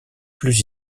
plus